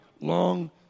Long